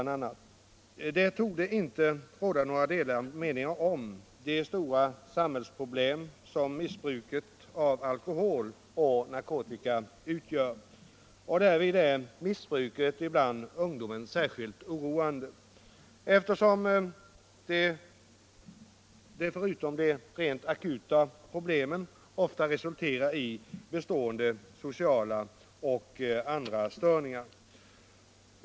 Det torde inte råda några delade meningar om det stora samhällsproblem som missbruket av alkohol och narkotika utgör. Och därvid är missbruket bland ungdomen särskilt oroande, eftersom det förutom att det medför rent akuta problem ofta resulterar i bestående sociala och andra störningar.